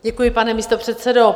Děkuji, pane místopředsedo.